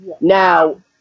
Now